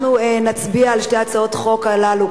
אנחנו נצביע על שתי הצעות החוק הללו,